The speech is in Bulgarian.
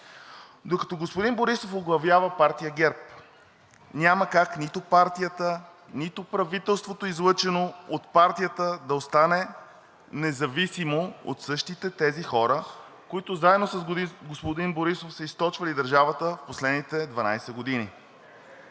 Докато господин Борисов оглавява партия ГЕРБ, няма как нито партията, нито правителството, излъчено от партията, да остане независимо от същите тези хора, които заедно с господин Борисов са източвали държавата в последните 12 години.